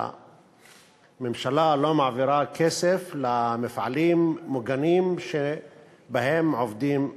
שהממשלה לא מעבירה כסף למפעלים מוגנים שבהם עובדים עיוורים.